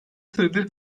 süredir